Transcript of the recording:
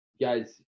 guys